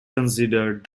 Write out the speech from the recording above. considered